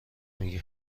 میگی